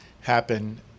happen